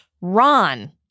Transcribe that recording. Ron